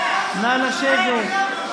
חברי הכנסת, נא לשבת,